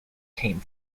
came